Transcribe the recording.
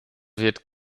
wird